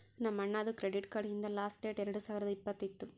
ನಮ್ ಅಣ್ಣಾದು credit card ಹಿಂದ್ ಲಾಸ್ಟ್ ಡೇಟ್ ಎರಡು ಸಾವಿರದ್ ಇಪ್ಪತ್ತ್ ಇತ್ತು